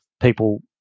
people